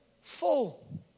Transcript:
full